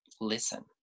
listen